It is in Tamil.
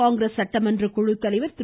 காங்கிரஸ் சட்டமன்ற குழுத்தலைவர் திரு